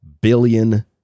billion